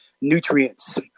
nutrients